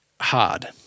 hard